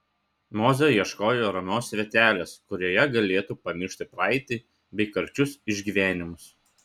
mozė ieškojo ramios vietelės kurioje galėtų pamiršti praeitį bei karčius išgyvenimus